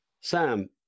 Sam